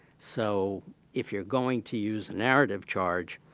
so if you're going to use narrative charge,